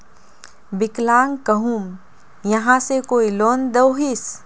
विकलांग कहुम यहाँ से कोई लोन दोहिस?